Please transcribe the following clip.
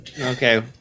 Okay